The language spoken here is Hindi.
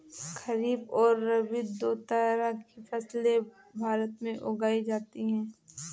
खरीप और रबी दो तरह की फैसले भारत में उगाई जाती है